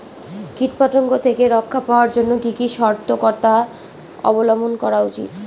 কীটপতঙ্গ থেকে রক্ষা পাওয়ার জন্য কি কি সর্তকতা অবলম্বন করা উচিৎ?